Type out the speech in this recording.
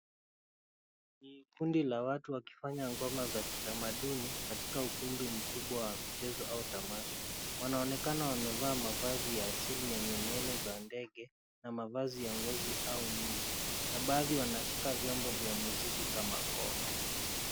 Ni kundi la watu wakifanya ngoma za kitamaduni katika ukumbi mkubwa wa michezo au tamasha. Wanaonekana wamevaa mavazi ya asili yenye nywele za ndege na mavazi ya ngozi au nyuzi na baadhi wanashika vyombo za muziki kama ngoma.